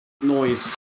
noise